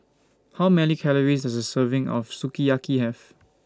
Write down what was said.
How Many Calories Does A Serving of Sukiyaki Have